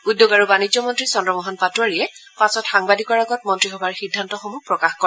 উদ্যোগ আৰু বাণিজ্য মন্ত্ৰী চন্দ্ৰমোহন পাটোৱাৰীয়ে পাছত সাংবাদিকৰ আগত মন্ত্ৰীসভাৰ সিদ্ধান্তসমূহ প্ৰকাশ কৰে